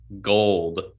gold